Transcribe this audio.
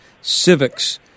civics